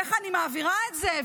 איך אני מעבירה את זה.